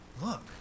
Look